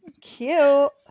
Cute